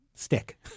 stick